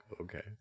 Okay